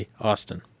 Austin